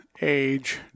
age